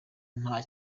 nta